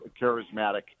charismatic